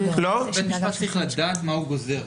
בית משפט צריך לדעת מה הוא גוזר.